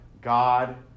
God